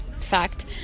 fact